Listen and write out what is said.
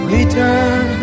Return